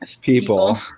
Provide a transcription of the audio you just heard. people